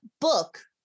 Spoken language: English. book